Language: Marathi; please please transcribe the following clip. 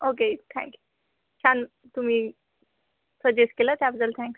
ओके थॅंक्यू छान तुम्ही सजेस्ट केलं त्याबद्दल थॅंक्स